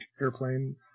airplane